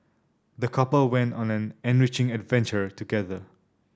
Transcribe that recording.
the couple went on an enriching adventure together